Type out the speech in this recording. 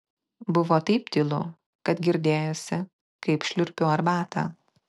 buvo taip tylu kad girdėjosi kaip šliurpiu arbatą